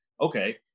okay